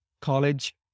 college